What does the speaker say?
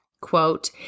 Quote